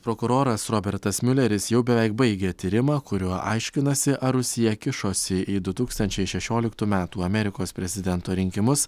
prokuroras robertas miuleris jau beveik baigė tyrimą kuriuo aiškinasi ar rusija kišosi į du tūkstančiai šešioliktų metų amerikos prezidento rinkimus